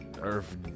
Earth